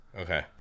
Okay